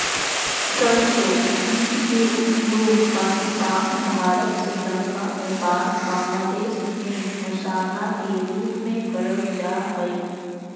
सरसो बीज के उपयोग पाकिस्तान, भारत, श्रीलंका, नेपाल, बांग्लादेश में मसाला के रूप में करल जा हई